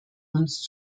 uns